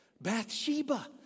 Bathsheba